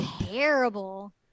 terrible